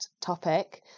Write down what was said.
topic